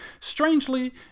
Strangely